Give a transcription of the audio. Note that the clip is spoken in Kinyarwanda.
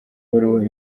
ibaruwa